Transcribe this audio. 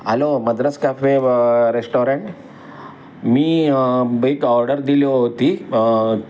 hello Madras cafe restaurant मी bake order दिली होती